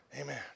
Amen